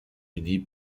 unies